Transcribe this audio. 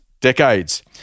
decades